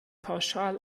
pauschal